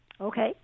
Okay